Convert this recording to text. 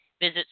visit